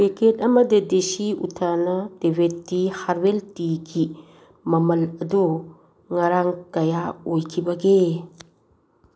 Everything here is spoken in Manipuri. ꯄꯦꯛꯀꯦꯠ ꯑꯃꯗꯤ ꯗꯦꯁꯤ ꯎꯊꯥꯟꯂꯥ ꯇꯤꯕꯦꯇꯤ ꯍꯥꯔꯕꯦꯜ ꯇꯤꯒꯤ ꯃꯃꯜ ꯑꯗꯨ ꯉꯔꯥꯡ ꯀꯌꯥ ꯑꯣꯏꯈꯤꯕꯒꯦ